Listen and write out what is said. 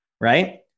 Right